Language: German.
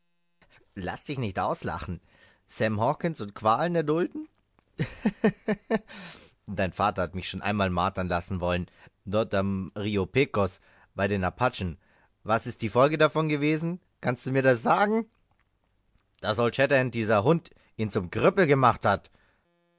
laß dich nicht auslachen sam hawkens und qualen erdulden hihihihi dein vater hat mich schon einmal martern lassen wollen dort am rio pecos bei den apachen was ist die folge davon gewesen kannst du mir das sagen daß old shatterhand dieser hund ihn zum krüppel gemacht hat